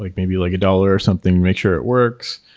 like maybe like a dollar or something and make sure it works.